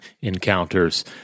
encounters